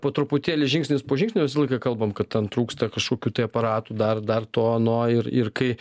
po truputėlį žingsnis po žingsnio visą laiką kalbam kad ten trūksta kažkokių tai aparatų dar dar to ano ir ir kai